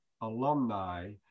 alumni